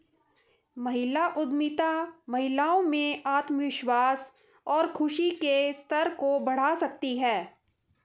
महिला उद्यमिता महिलाओं में आत्मविश्वास और खुशी के स्तर को बढ़ा सकती है